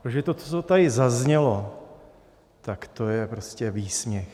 Protože to, co tady zaznělo, tak to je prostě výsměch.